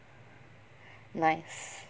nice